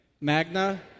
Magna